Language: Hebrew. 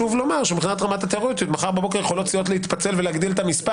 מחר בבוקר יכולות סיעות להתפצל ולהגדיל את המספר